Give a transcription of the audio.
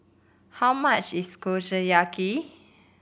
how much is Kushiyaki